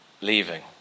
leaving